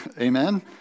Amen